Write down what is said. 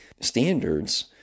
standards